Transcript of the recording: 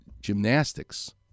Gymnastics